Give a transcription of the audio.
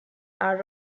are